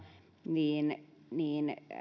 niin niin